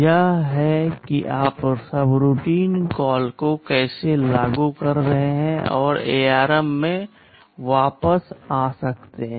यह है कि आप सबरूटीन कॉल को कैसे लागू कर रहे हैं और ARM में वापस आ सकते हैं